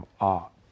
art